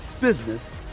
business